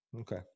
Okay